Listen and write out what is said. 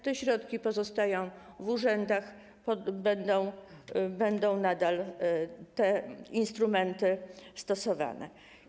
Te środki pozostają w urzędach, będą nadal te instrumenty stosowane.